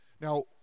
Now